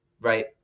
right